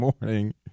morning